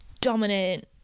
dominant